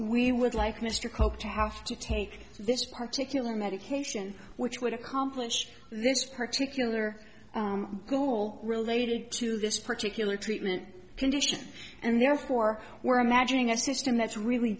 we would like mr coke to have to take this particularly medication which would accomplish this particular school related to this particular treatment condition and therefore we're imagining a system that's really